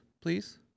Please